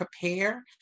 prepare